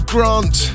Grant